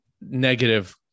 negative